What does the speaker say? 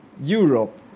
Europe